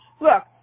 look